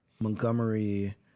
Montgomery